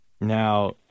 now